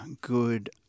good